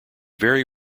very